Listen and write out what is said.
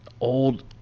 old